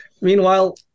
Meanwhile